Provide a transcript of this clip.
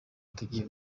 tugiye